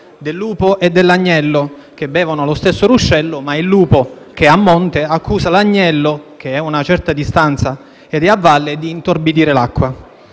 del lupo e dell'agnello, che bevono allo stesso ruscello, ma il lupo, che è a monte, accusa l'agnello, che è a una certa distanza ed è a valle, di intorbidire l'acqua.